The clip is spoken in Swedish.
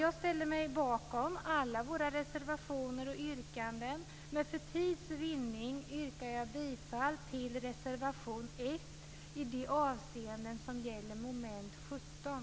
Jag ställer mig bakom alla våra reservationer och yrkanden, men för tids vinnande yrkar jag bifall till reservation 1, under mom. 17.